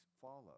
follow